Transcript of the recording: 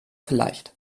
vielleicht